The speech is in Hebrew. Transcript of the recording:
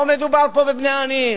לא מדובר פה בבני עניים.